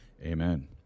Amen